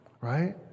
right